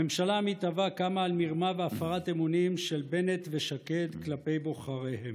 הממשלה המתהווה קמה על מרמה והפרת אמונים של בנט ושקד כלפי בוחריהם.